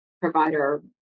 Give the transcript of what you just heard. provider